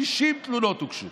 60 תלונות הוגשו.